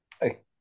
hey